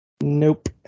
nope